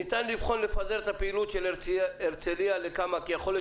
ניתן לבחון לפזר את הפעילות של הרצליה לכמה מקומות כי יכול להיות